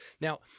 Now –